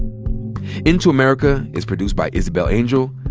into america is produced by isabel angel,